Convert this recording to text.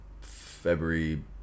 February